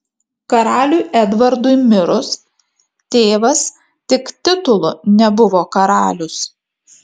karaliui edvardui mirus tėvas tik titulu nebuvo karalius